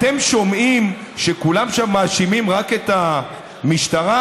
אתם שומעים שכולם שם מאשימים רק את המשטרה?